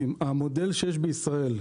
המודל שיש בישראל,